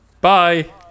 Bye